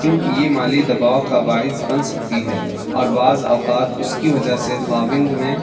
کیونکہ یہ مالی دباؤ کا باعث بن سکتی ہے اور بعض اوقات اس کی وجہ سے خاوند میں